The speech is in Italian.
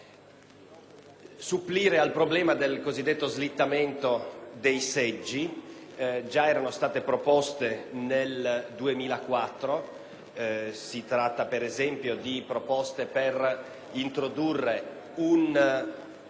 fronte al problema del cosiddetto slittamento dei seggi. Già erano state avanzate nel 2004: si tratta, ad esempio, di proposte per introdurre un